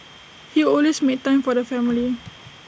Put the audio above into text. he always made time for the family